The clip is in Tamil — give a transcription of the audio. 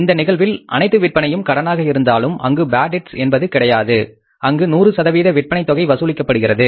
இந்த நிகழ்வில் அனைத்து விற்பனையும் கடனாக இருந்தாலும் அங்கு பேட் டெப்ட்ஸ் என்பது கிடையாது அங்கு 100 சதவீத விற்பனைத் தொகை வசூலிக்கப்படுகிறது